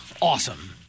awesome